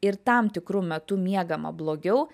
ir tam tikru metu miegama blogiau